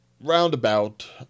roundabout